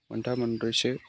मोनथाम मोनब्रैसो